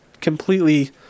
completely